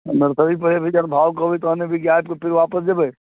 nursery पर अइ बीचक भाव कहबै तहन एबै की आबि कऽ फेर आपस जयबै